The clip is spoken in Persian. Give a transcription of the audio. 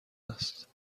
است